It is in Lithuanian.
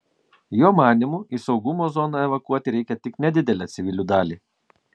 jo manymu į saugumo zoną evakuoti reikia tik nedidelę civilių dalį